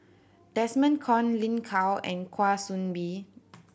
Desmond Kon Lin Gao and Kwa Soon Bee